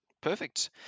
Perfect